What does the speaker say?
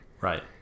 Right